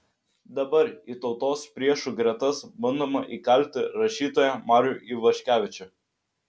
dabar į tautos priešų gretas bandoma įkalti rašytoją marių ivaškevičių